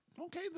Okay